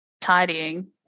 tidying